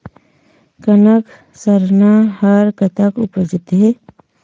कनक सरना हर कतक उपजथे?